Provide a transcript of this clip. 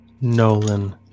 Nolan